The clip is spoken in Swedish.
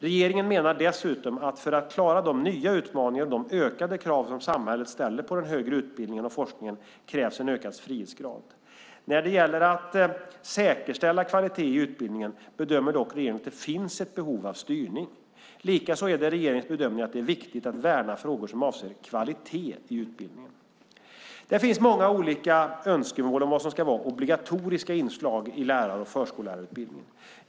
Regeringen menar dessutom att för att klara de nya utmaningar och de ökade krav som samhället ställer på den högre utbildningen och forskningen krävs en ökad frihetsgrad. När det gäller att säkerställa kvalitet i utbildningen bedömer dock regeringen att det finns ett behov av styrning. Likaså är det regeringens bedömning att det är viktigt att värna frågor som avser kvalitet i utbildningen. Det finns många olika önskemål om vad som ska vara obligatoriska inslag i lärar och förskollärarutbildningen.